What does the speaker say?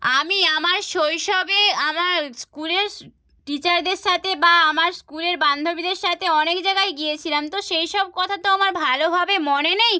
আমি আমার শৈশবে আমার স্কুলের টিচারদের সাথে বা আমার স্কুলের বান্ধবীদের সাথে অনেক জাগায় গিয়েছিলাম তো সেইসব কথা তো আমার ভালোভাবে মনে নেই